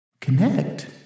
Connect